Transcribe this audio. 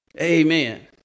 Amen